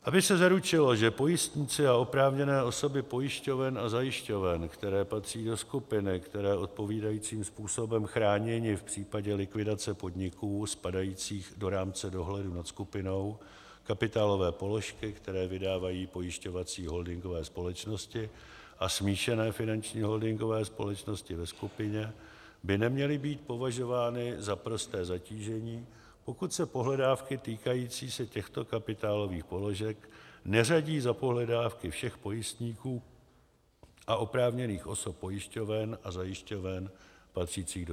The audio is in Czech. Aby se zaručilo, že pojistníci a oprávněné osoby pojišťoven a zajišťoven, které patří do skupiny, jsou odpovídajícím způsobem chráněni v případě likvidace podniků spadajících do rámce dohledu nad skupinou, kapitálové položky, které vydávají pojišťovací holdingové společnosti a smíšené finanční holdingové společnosti ve skupině, by neměly být považovány za prosté zatížení, pokud se pohledávky týkající se těchto kapitálových položek neřadí za pohledávky všech pojistníků a oprávněných osob pojišťoven a zajišťoven patřících do skupiny.